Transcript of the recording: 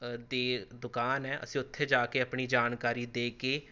ਦੀ ਦੁਕਾਨ ਹੈ ਅਸੀਂ ਉੱਥੇ ਜਾ ਕੇ ਆਪਣੀ ਜਾਣਕਾਰੀ ਦੇ ਕੇ